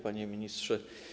Panie Ministrze!